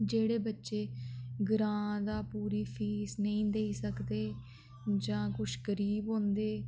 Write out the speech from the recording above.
जेहड़े बच्चे ग्रांऽ दा पूरी फीस नेईं देई सकदे जां कुछ गरीब होंदे